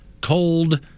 cold